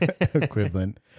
equivalent